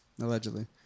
Allegedly